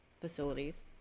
facilities